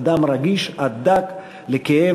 אדם רגיש עד דק לכאב,